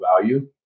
value